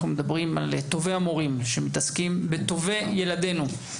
מדברים על טובי המורים שמתעסקים בטובי ילדינו.